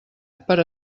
per